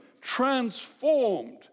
transformed